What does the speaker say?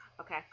okay